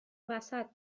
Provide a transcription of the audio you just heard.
وسط